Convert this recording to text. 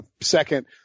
second